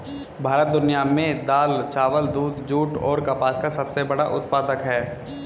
भारत दुनिया में दाल, चावल, दूध, जूट और कपास का सबसे बड़ा उत्पादक है